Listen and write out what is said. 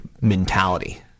mentality